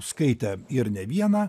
skaitę ir ne vieną